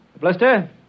Blister